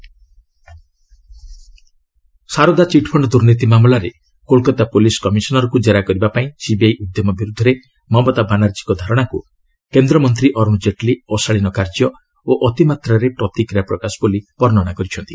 କେଟ୍ଲୀ Mamata Saradha chit fund ଦୁର୍ନୀତି ମାମଲାରେ Kolkata police କମିଶନରଙ୍କୁ ଜେରା କରିବା ପାଇଁ ସିବିଆଇ ଉଦ୍ୟମ ବିରୁଦ୍ଧରେ ମମତା ବାନାର୍ଜୀଙ୍କ ଧାରଣାକୁ କେନ୍ଦ୍ରମନ୍ତ୍ରୀ ଅରୁଣ ଜେଟ୍ଲୀ ଅଶାଳୀନ କାର୍ଯ୍ୟ ଓ ଅତିମାତ୍ରାରେ ପ୍ରତିକ୍ରିୟା ପ୍ରକାଶ ବୋଲି ବର୍ଷ୍ଣନା କରିଛନ୍ତି